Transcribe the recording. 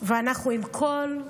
ואנחנו עם כל,